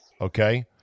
okay